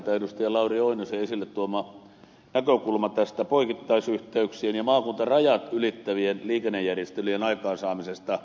lauri oinosen esille tuoma näkökulma tästä poikittaisyhteyksien ja maakuntarajat ylittävien liikennejärjestelyjen aikaansaamisesta